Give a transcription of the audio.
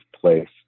place